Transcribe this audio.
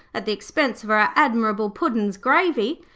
at the expense of our admirable puddin's gravy,